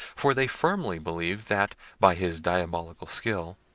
for they firmly believed that, by his diabolic skill,